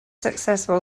successful